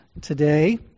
today